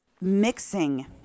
mixing